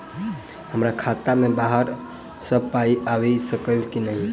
हमरा खाता मे बाहर सऽ पाई आबि सकइय की नहि?